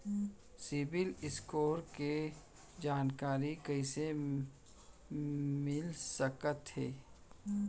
CIBIL score के जानकारी कइसे मिलिस सकथे?